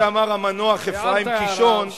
הערת הערה,